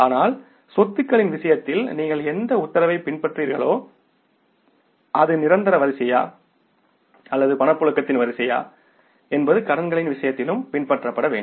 ஆனால் சொத்துக்களின் விஷயத்தில் நீங்கள் எந்த உத்தரவைப் பின்பற்றுவீர்களோ அது நிரந்தர வரிசையா அல்லது பணப்புழக்கத்தின் வரிசையா என்பது கடன்களின் விஷயத்திலும் பின்பற்றப்பட வேண்டும்